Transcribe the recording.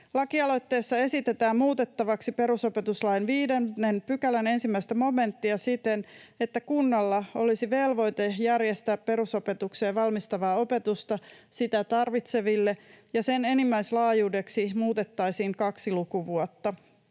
Lakialoitteessa esitetään muutettavaksi perusopetuslain 5 §:n 1 momenttia siten, että kunnalla olisi velvoite järjestää perusopetukseen valmistavaa opetusta sitä tarvitseville ja sen enimmäislaajuudeksi muutettaisiin kaksi lukuvuotta